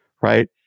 right